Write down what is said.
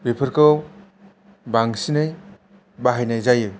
बेफोरखौ बांसिनै बाहायनाय जायो